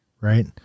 Right